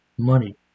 Money